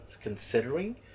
considering